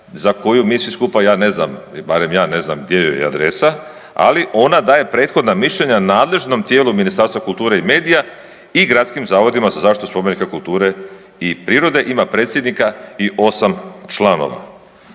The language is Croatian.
za koju mi svi skupa, ja ne znam, barem ja ne znam gdje joj je adresa, ali ona daje prethodna mišljenja nadležnom tijelu Ministarstva kulture i medija i gradskim zavodima za zaštitu spomenika kulture i prirode, ima predsjednika i 8 članova.